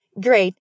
Great